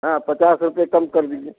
हाँ पचास रुपये कम कर दिए